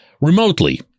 remotely